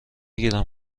گیرم